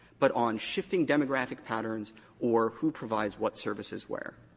but on shifting demographic patterns or who provides what services where.